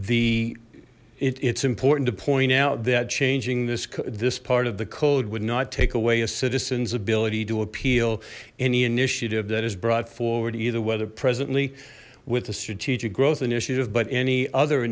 the it's important to point out that changing this this part of the code would not take away a citizen's ability to appeal any initiative that is brought forward either whether presently with a strategic growth initiative but any other